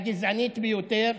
הגזענית ביותר,